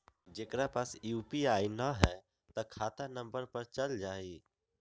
जेकरा पास यू.पी.आई न है त खाता नं पर चल जाह ई?